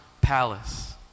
palace